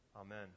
Amen